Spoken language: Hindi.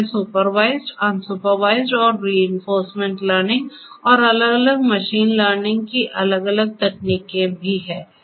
एक है सुपरवाइज्ड अनसुपरवाइज्ड और रिइंफोर्समेंट लर्निंग और अलग अलग मशीन लर्निंग की अलग अलग तकनीकें भी हैं